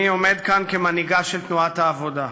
אני עומד כאן כמנהיגה של תנועת העבודה,